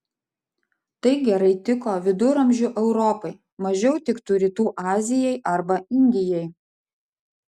tai gerai tiko viduramžių europai mažiau tiktų rytų azijai arba indijai